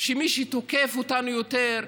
שמי שתוקף אותנו יותר,